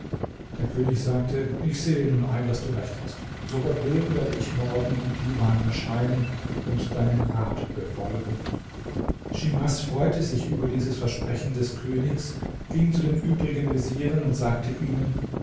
der könig sagte ich sehe nun ein daß du recht hast so gott will werde ich morgen im divan erscheinen und deinen rat befolgen schimas freute sich über dieses versprechen des königs ging zu den übrigen vezieren und sagte ihnen